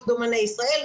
איגוד אמני ישראל,